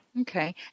Okay